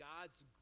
God's